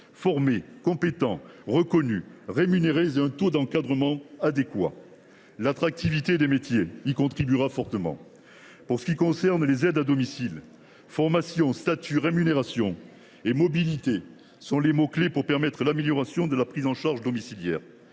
formés, compétents, reconnus, rémunérés et un taux d’encadrement adéquat. L’attractivité des métiers y contribuera fortement. Concernant les aides à domicile, formation, statut, rémunération et mobilité sont les mots clés pour permettre l’amélioration de la prise en charge domiciliaire.